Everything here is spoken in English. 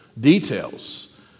details